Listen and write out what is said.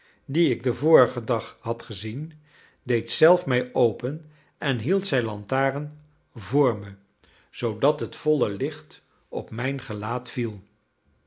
dien ik den vorigen dag had gezien deed zelf mij open en hield zijn lantaarn vr me zoodat het volle licht op mijn gelaat viel